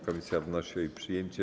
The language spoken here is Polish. Komisja wnosi o jej przyjęcie.